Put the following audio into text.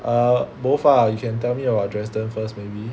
err both ah you can tell me your Dresden first maybe